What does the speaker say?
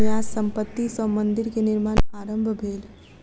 न्यास संपत्ति सॅ मंदिर के निर्माण आरम्भ भेल